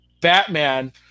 Batman